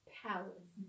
palace